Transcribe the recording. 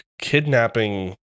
kidnapping